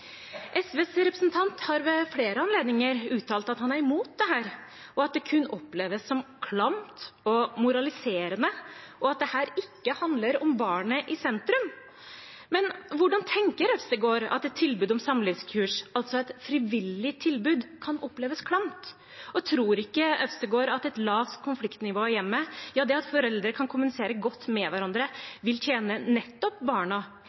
SVs representant har ved flere anledninger uttalt at han er imot dette, at det kun oppleves som klamt og moraliserende, og at dette ikke handler om barnet i sentrum. Men hvordan tenker representanten Øvstegård at et tilbud om samlivskurs, altså et frivillig tilbud, kan oppleves klamt? Og tror ikke Øvstegård at et lavt konfliktnivå i hjemmet, det at foreldre kan kommunisere godt med hverandre, vil tjene nettopp barna